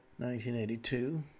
1982